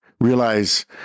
realize